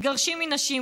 מתגרשים מנשים,